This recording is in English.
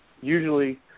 usually